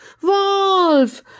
Wolf